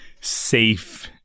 safe